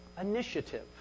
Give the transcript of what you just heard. initiative